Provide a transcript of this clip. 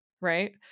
right